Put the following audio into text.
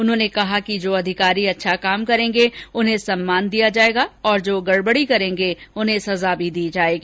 उन्होंने कहा कि जो अधिकारी अच्छा काम करेंगे उन्हें सम्मान दिया जाएगा और जो गड़बड़ी करेंगे उन्हें सजा भी दी जाएगी